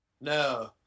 No